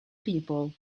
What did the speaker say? people